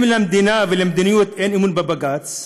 אם למדינה ולמדיניות אין אמון בבג"ץ,